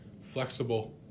flexible